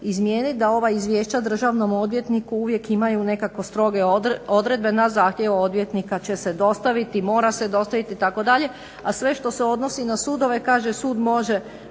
da ova izvješća državnom odvjetniku uvijek imaju nekako stroge odredbe na zahtjev odvjetnika će se dostaviti, mora se dostaviti itd., a sve što se odnosi na sudove kaže sud može